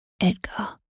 Edgar